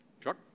Chuck